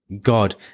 God